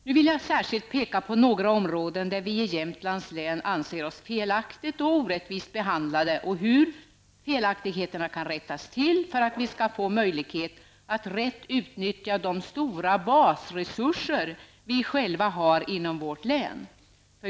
Jag vill nu särskilt peka på några områden där vi i Jämtlands län anser oss felaktigt och orättvist behandlade samt hur felaktigheterna kan rättas till för att vi skall få möjlighet att rätt utnyttja de stora basresurser som vi själva har inom vårt län.